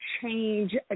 change